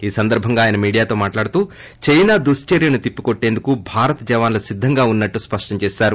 ఈ సందర్బంగా ఆయన మీడియతో మాట్లాడుతూ చైనా దుక్పర్యను తిప్పికోట్టందుకు భారత జవాన్లు సిద్దంగా ఉన్నట్లు స్పష్టం చేశారు